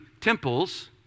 temples